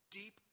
deep